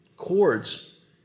chords